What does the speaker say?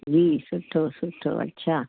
जी सुठो सुठो अछा